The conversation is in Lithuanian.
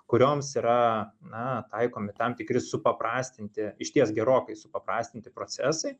kurioms yra na taikomi tam tikri supaprastinti išties gerokai supaprastinti procesai